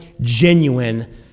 genuine